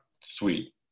sweet